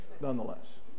nonetheless